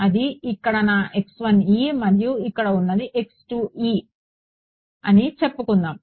ఇది ఇక్కడ నా మరియు ఇక్కడ ఉన్నది అని చెప్పుకుందాం